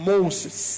Moses